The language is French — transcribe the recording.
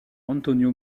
antonio